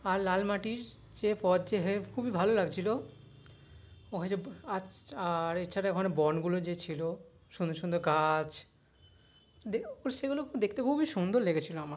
আর লাল মাটির যে পথ যে এর খুবই ভাল লাগছিলো ওখানে যে আর এছাড়া ওখানে বনগুলো যে ছিল সুন্দর সুন্দর গাছ সেগুলোও দেখতে খুবই সুন্দর লেগেছিলো আমার